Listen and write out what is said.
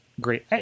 great